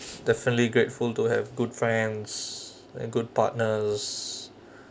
definitely grateful to have good friends and good partners